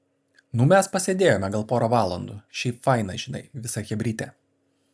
nu mes pasėdėjome gal pora valandų šiaip faina žinai visa chebrytė